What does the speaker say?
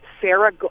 Sarah